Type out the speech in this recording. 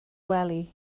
wely